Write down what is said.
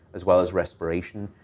as well as respiration.